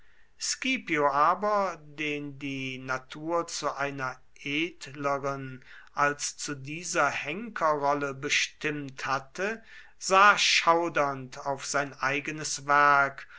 aber den die natur zu einer edleren als zu dieser henkerrolle bestimmt hatte sah schaudernd auf sein eigenes werk